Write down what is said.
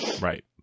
Right